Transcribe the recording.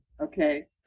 Okay